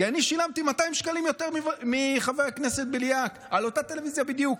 כי אני שילמתי 200 שקלים יותר מחבר הכנסת בליאק על אותה טלוויזיה בדיוק.